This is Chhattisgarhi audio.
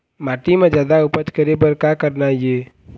माटी म जादा उपज करे बर का करना ये?